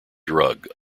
drug